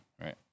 right